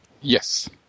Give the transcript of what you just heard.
Yes